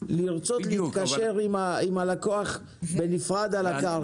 להתקשר עם הלקוח בנפרד על הקרקע.